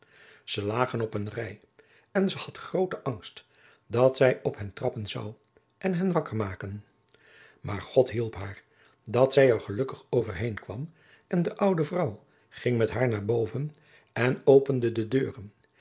ze lagen op een rij en ze had grooten angst dat zij op hen trappen zou en hen wakker maken maar god hielp haar dat zij er gelukkig over heen kwam en de oude vrouw ging met haar naar boven en opende de deuren